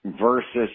versus